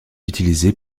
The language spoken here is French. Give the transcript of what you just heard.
utilisé